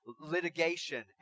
litigation